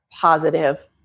positive